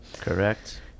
Correct